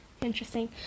interesting